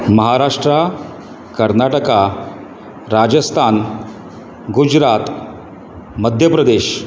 Maharashtra Karnataka Rajasthan Gujarat Madhya Pradesh